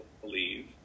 believe